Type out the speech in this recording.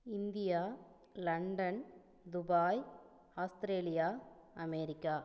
India London Dubai Australia America